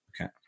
okay